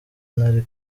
nari